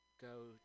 go